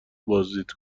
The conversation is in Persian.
بازدید